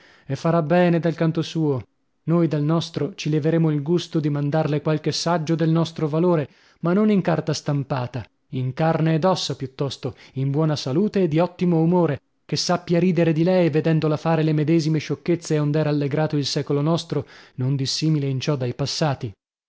e farà bene dal canto suo noi dal nostro ci leveremo il gusto di mandarle qualche saggio del nostro valore ma non in carta stampata in carne ed ossa piuttosto in buona salute e di ottimo umore che sappia ridere di lei vedendola fare le medesime sciocchezze ond'è rallegrato il secolo nostro non dissimile in ciò dai passati